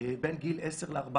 בין גיל 10 ל-14.